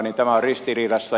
tämä on ristiriitaista